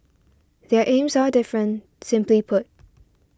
their aims are different simply put